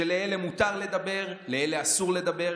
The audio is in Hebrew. שלאלה מותר לדבר, לאלה אסור לדבר.